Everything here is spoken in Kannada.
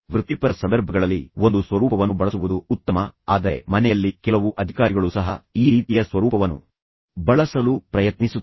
ವೃತ್ತಿಪರ ಸಂದರ್ಭಗಳಲ್ಲಿ ಒಂದು ಸ್ವರೂಪವನ್ನು ಬಳಸುವುದು ಉತ್ತಮ ಆದರೆ ಮನೆಯಲ್ಲಿ ಕೆಲವು ಅಧಿಕಾರಿಗಳು ಸಹ ಈ ರೀತಿಯ ಸ್ವರೂಪವನ್ನು ಬಳಸಲು ಪ್ರಯತ್ನಿಸುತ್ತಾರೆ